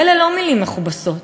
ואלה לא מילים מכובסות,